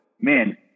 man